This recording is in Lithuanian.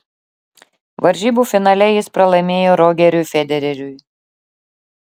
varžybų finale jis pralaimėjo rogeriui federeriui